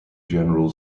general